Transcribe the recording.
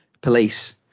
police